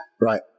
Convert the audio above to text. right